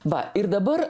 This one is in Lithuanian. va ir dabar